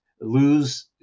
lose